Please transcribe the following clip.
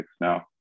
now